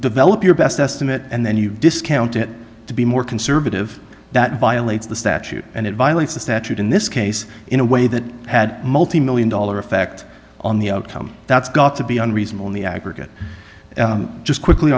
develop your best estimate and then you discount it to be more conservative that violates the statute and it violates the statute in this case in a way that had multi million dollar effect on the outcome that's got to be unreasonable in the aggregate just quickly